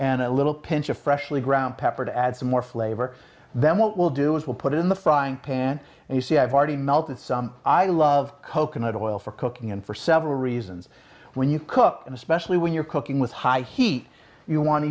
and a little pinch of freshly ground pepper to add some more flavor then what we'll do is we'll put it in the frying pan and you see i've already melted some i love coconut oil for cooking and for several reasons when you cook and especially when you're cooking with high heat you wan